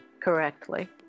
correctly